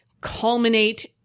culminate